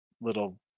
little